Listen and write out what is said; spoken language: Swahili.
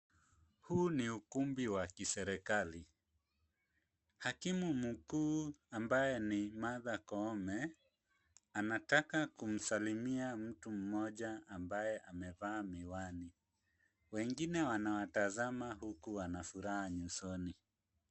Huu ni ukumbi wa kiserikali. Hakimu mkuu ambaye ni Martha Koome anataka kumsalimia mtu mmoja ambaye amevaa miwani. Wengine wanatazama huku wanafuraha usoni.